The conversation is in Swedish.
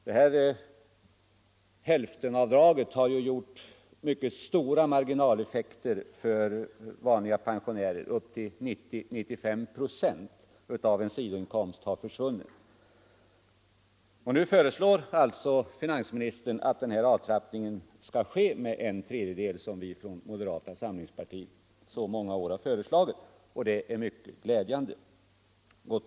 Det här hälftenavdraget har medfört mycket stora marginaleffekter för vanliga pensionärer. Upp till 95 procent av en sido inkomst har försvunnit. Nu föreslår finansministern att den här avtrappningen skall ske med en tredjedel, som vi från moderata samlingspartiet så många år har föreslagit. Det är mycket glädjande.